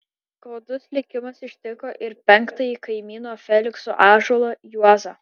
skaudus likimas ištiko ir penktąjį kaimyno felikso ąžuolą juozą